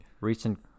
Recent